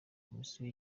komisiyo